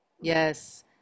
Yes